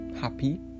happy